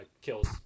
kills